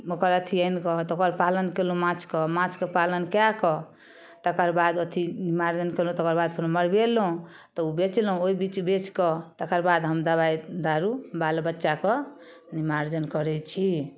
ओकर अथी आनिकऽ तऽ ओकर पालन कयलहुँ माछके माछके पालन कए कऽ तकर बाद अथी मार्जन कयलहुँ तकर बाद फेन मरबेलहुँ तऽ ओ बेचलहुँ ओ बेचकऽ तकर बाद हम दबाइ दारू बाल बच्चाके निमार्जन करै छी